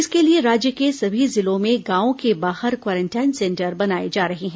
इसके लिए राज्य के सभी जिलों में गांवों के बाहर क्वारेंटाइन सेंटर बनाए जा रहे हैं